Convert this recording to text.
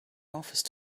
office